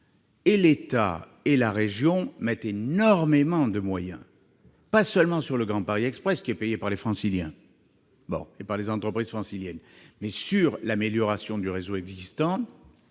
l'État et la région consacrent énormément de moyens non seulement au Grand Paris Express, qui est payé par les Franciliens et les entreprises franciliennes, mais aussi à l'amélioration du réseau existant